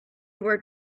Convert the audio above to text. were